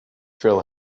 drill